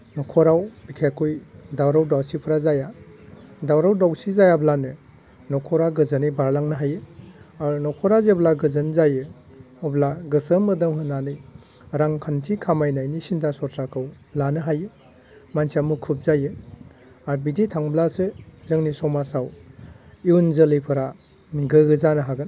न'खराव बिखेखकय दावराव दावसिफोरा जाया दावराव दावसि जायाब्लानो न'खरा गोजोनै बारलांनो हायो आरो न'खरा जेब्ला गोजोन जायो अब्ला गोसो मोदोम होनानै रांखान्थि खामायनायनि सिन्था सरसाखौ लानो हायो मानसिया मुखुब जायो आरो बिदि थांब्लासो जोंनि समाजाव इयुन जोलैफोरा गोहो जानो हागोन